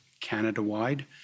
Canada-wide